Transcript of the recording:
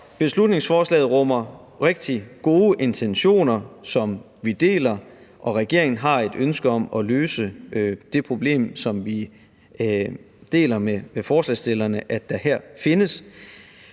beslutningsforslaget rummer rigtig gode intentioner, som vi deler, og regeringen har et ønske om at løse det problem, som findes, og som vi deler med forslagsstillerne, men det her vil